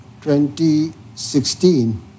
2016